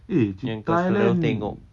eh cerita thailand